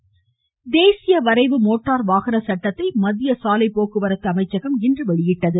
motor வாகன சட்டம் தேசிய வரைவு மோட்டார் வாகனச்சட்டத்தை மத்திய சாலைப் போக்குவரத்து அமைச்சகம் இன்று வெளியிட்டுள்ளது